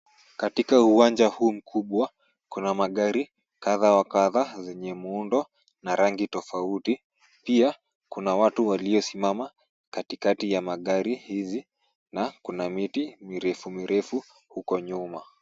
Katika uwanja huu mkubwa kuna magari kadha wa kadha zenye muundo na rangi tofauti pia kuna watu waliosimama katikati ya magari hizi na kuna miti mirefu mirefu huko nyuma.